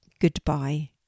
goodbye